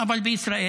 אבל בישראל,